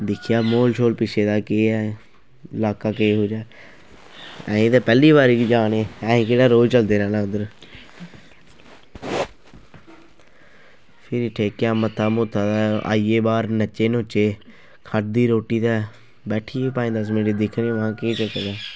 दिक्खेआ म्हौल श्हौल पिच्छें दा केह् ऐ लाह्का कैहो जेहा ऐ अस ते पैह्ली बारी जा ने असें केह्ड़े रोज़ चलदे रैह्ना उद्धर फिर टेकेआ मत्था मुत्था ते आई गे बाह्र नच्चे नुच्चे खाद्धी रोटी ते बैठी गे पंज दस मैंट्ट दिक्खने आं केह् चक्कर ऐ